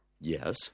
Yes